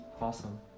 awesome